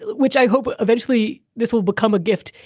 which i hope eventually this will become a gift,